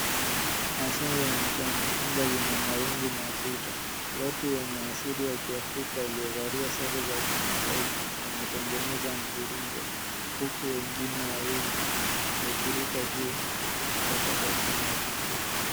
Masaa ya mchana, anga lina mawingu mazito. Watu wenye asili ya kiafrika waliovalia sare za kimaasai, wametengeneza mviringo huku wengine wawili wakiruka juu kwa tabasamu.